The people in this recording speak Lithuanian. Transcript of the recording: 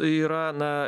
yra na